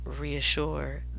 reassure